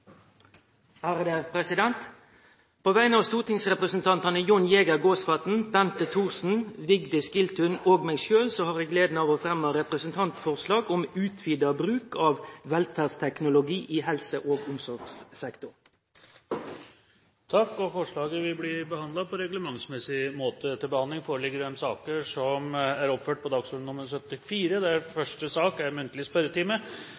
et representantforslag. På vegner av stortingsrepresentantane Jon Jæger Gåsvatn, Bente Thorsen, Vigdis Giltun og meg sjølv har eg gleda av å fremje eit representantforslag om utvida bruk av velferdsteknologi i helse- og omsorgssektoren. Forslaget vil bli behandlet på reglementsmessig måte. Stortinget mottok mandag meddelelse fra Statsministerens kontor om at statsminister Jens Stoltenberg vil møte til muntlig spørretime. Statsministeren er